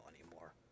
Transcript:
anymore